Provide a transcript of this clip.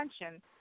attention